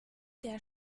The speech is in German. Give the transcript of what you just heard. der